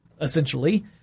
essentially